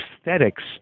aesthetics